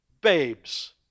Babes